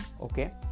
okay